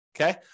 okay